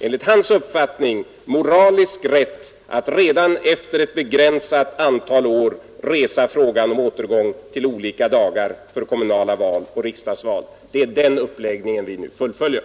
enligt hans uppfattning hade moralisk rätt att redan efter ett begränsat antal år resa frågan om återgång till olika dagar för kommunala val och riksdagsval. Det är den uppläggningen vi nu fullföljer.